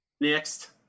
Next